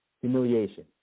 humiliation